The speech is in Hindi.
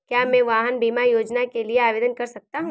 क्या मैं वाहन बीमा योजना के लिए आवेदन कर सकता हूँ?